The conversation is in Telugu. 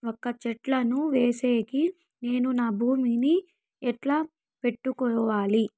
వక్క చెట్టును వేసేకి నేను నా భూమి ని ఎట్లా పెట్టుకోవాలి?